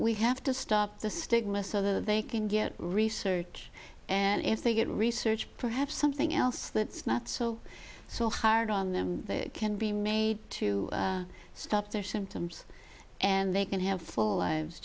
we have to stop the stigma so they can get research and if they get research perhaps something else that's not so so hard on them can be made to stop their symptoms and they can have full lives